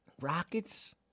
Rockets